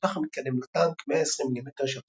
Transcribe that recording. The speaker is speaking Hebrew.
התותח המתקדם לטנק 120 מ"מ של עוצמה,